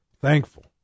thankful